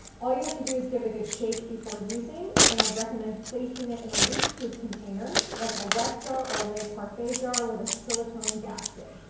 all you have to do is give it a good shake before using and i'd recommend placing it in a leak proof container, like a weck jar or a le parfait jar with a silicone gasket.